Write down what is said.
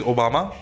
Obama